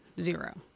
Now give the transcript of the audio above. zero